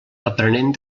aprenent